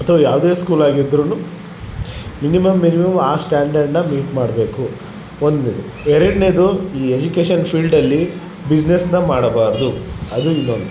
ಅಥ್ವ ಯಾವುದೇ ಸ್ಕೂಲ್ ಆಗಿದ್ರು ಮಿನಿಮಮ್ ಮಿನಿಮಮ್ ಆ ಸ್ಟ್ಯಾಂಡರ್ಡ್ನ ಮೀಟ್ ಮಾಡಬೇಕು ಒಂದ್ನೇದು ಎರಡ್ನೇದು ಈ ಎಜುಕೇಷನ್ ಪೀಲ್ಡ್ಲ್ಲಿ ಬಿಸ್ನೆಸ್ನ ಮಾಡಬಾರದು ಅದು ಇನ್ನೊಂದು